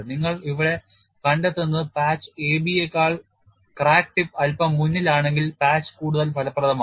നിങ്ങൾ ഇവിടെ കണ്ടെത്തുന്നത് പാച്ച് AB യെക്കാൾ ക്രാക്ക് ടിപ്പ് അല്പം മുന്നിലാണെങ്കിൽ പാച്ച് കൂടുതൽ ഫലപ്രദമാണ്